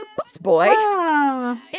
busboy